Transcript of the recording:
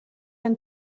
han